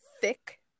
thick